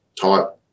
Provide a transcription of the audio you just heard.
type